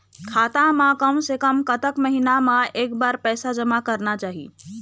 खाता मा कम से कम कतक महीना मा एक बार पैसा जमा करना चाही?